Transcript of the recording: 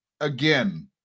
again